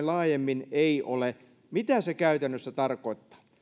laajemmin ei ole mitä se käytännössä tarkoittaa